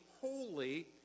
holy